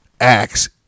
acts